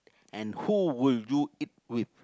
and who would you eat with